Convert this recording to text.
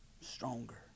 stronger